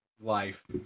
life